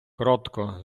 кротко